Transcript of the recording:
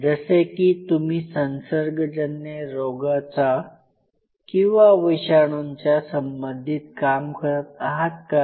जसे की तुम्ही संसर्गजन्य रोगाचा किंवा विषाणूंच्या संबंधित काम करत आहात काय